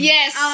Yes